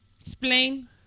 Explain